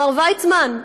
מר ויצמן,